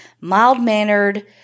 mild-mannered